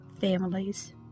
families